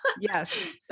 Yes